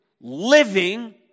living